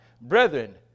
Brethren